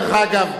דרך אגב,